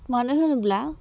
मानोहोनोब्ला